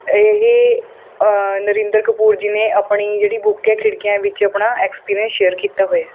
ਇਹ ਨਰਿੰਦਰ ਕਪੂਰ ਜੀ ਨੇ ਆਪਣੀ ਜਿਹੜੀ ਬੁੱਕ ਹੈ ਖਿੜਕੀਆਂ ਵਿੱਚ ਆਪਣਾ ਐਕਸਪੀਰੀਅੰਸ ਸ਼ੇਅਰ ਕੀਤਾ ਹੋਇਆ